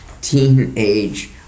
Teenage